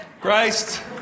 Christ